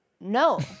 No